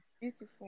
beautiful